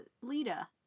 Lita